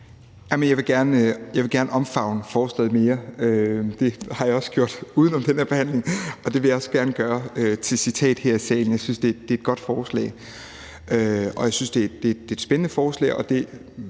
Jeg vil gerne omfavne forslaget mere. Det har jeg også gjort uden om den her behandling, og det vil jeg også gerne gøre til citat her i salen. Jeg synes, det er et godt forslag, og jeg synes, det er et spændende forslag,